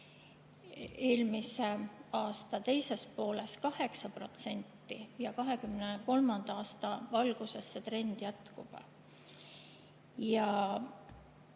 eelmise aasta teises pooles 8% ja 2023. aasta alguses see trend jätkub.